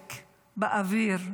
אופק באוויר,